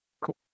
cool